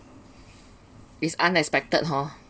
is unexpected hor